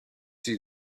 see